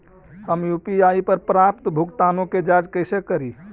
हम यु.पी.आई पर प्राप्त भुगतानों के जांच कैसे करी?